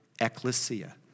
ecclesia